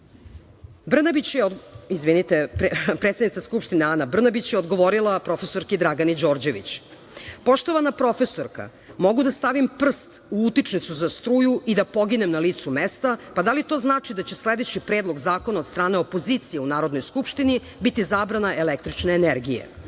Vučić. Predsednica Skupštine Ana Brnabić je odgovorila profesorki Dragani Đorđević: „Poštovana profesorka, mogu da stavim prst u utičnicu za struju i da poginem na licu mesta, pa da li to znači da će sledeći predlog zakona od strane opozicije u Narodnoj skupštini biti zabrana električne energije?